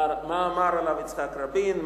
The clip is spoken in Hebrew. מה אמר עליו יצחק רבין,